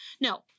No